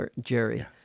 Jerry